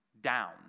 down